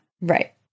Right